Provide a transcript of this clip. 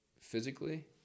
physically